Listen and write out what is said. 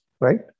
right